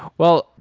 well,